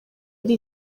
ari